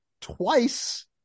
twice